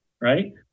right